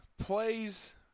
plays